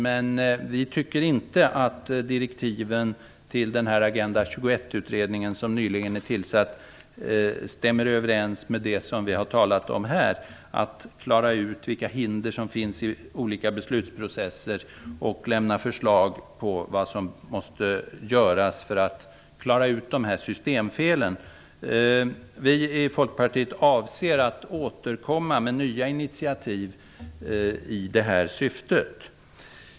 Men vi tycker inte att direktiven till den nyligen tillsatta Agenda 21 utredningen stämmer överens med det som vi har talat om här, nämligen att man skall klara ut vilka hinder som finns i olika beslutsprocesser och lämna förslag på vad som måste göras för att klara ut systemfelen. Vi i Folkpartiet avser att återkomma med nya initiativ i detta syfte.